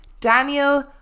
Daniel